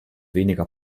weniger